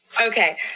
Okay